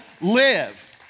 live